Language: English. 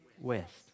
West